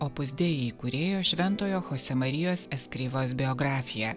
opus dei įkūrėjo šventojo chosė marijos eskrivos biografija